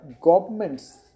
governments